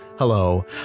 Hello